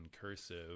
cursive